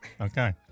Okay